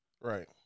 Right